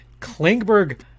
Klingberg